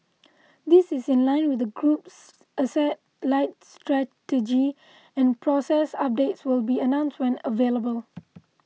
this is in line with the group's asset light strategy and progress updates will be announced when available